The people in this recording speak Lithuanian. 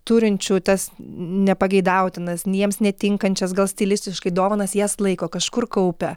turinčių tas nepageidautinas njiems netinkančias gal stilistiškai dovanas jas laiko kažkur kaupia